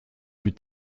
plus